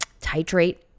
titrate